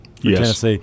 Yes